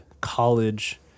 college